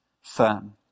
firm